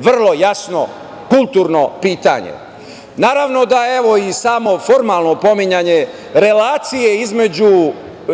vrlo jasno kulturno pitanje. Naravno, da evo i samo formalno pominjanje relacije